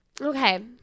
Okay